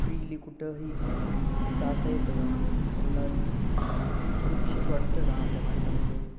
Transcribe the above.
freely कुठंही जाता येतं का त्यांना सुरक्षित वाटतं का आपल्या भारतामध्ये